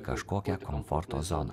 kažkokia komforto zona